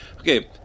Okay